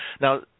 Now